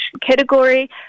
category